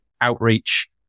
outreach